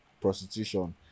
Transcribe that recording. prostitution